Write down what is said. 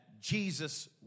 Jesus